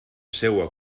seua